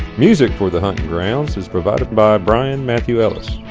music for the huntin' grounds is provided by bryan matthew ellis